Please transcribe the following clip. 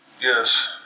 Yes